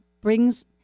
brings